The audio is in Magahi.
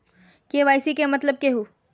के.वाई.सी के मतलब केहू?